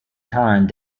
turned